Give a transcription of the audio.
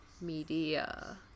media